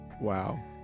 Wow